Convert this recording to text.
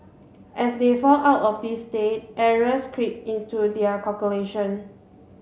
as they fall out of this state errors creep into their calculation